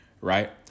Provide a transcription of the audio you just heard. right